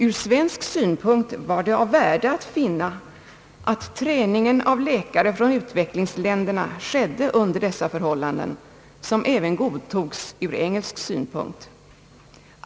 Ur svensk synpunkt var det av värde att finna, att träningen av läkare från utvecklingsländerna skedde under dessa förhållanden, som även godtogs ur engelsk synpunkt.